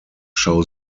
show